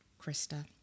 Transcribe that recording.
Krista